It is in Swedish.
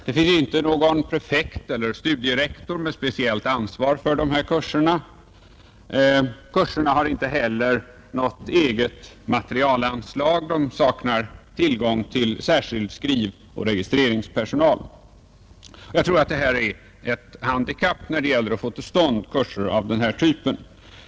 Det finns inte någon prefekt eller studierektor med speciellt ansvar för dessa kurser. Kurserna har inte heller något eget materialanslag. De saknar tillgång till särskild skrivoch registreringspersonal. Allt detta torde utgöra ett handikapp när det gäller att få till stånd kurser av denna typ.